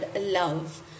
love